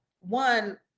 one